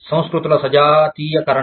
సంస్కృతుల సజాతీయీకరణ